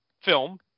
film